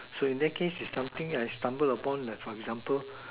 so in that case is something I stubble upon like for example